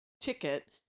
ticket